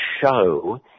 show